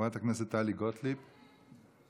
חברת הכנסת טלי גוטליב, נמצאת?